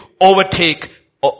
overtake